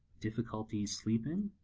difficulty sleeping,